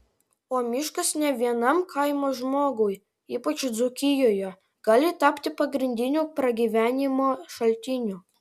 o miškas ne vienam kaimo žmogui ypač dzūkijoje gali tapti pagrindiniu pragyvenimo šaltiniu